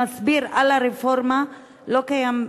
החומר שמסביר על הרפורמה לא קיים,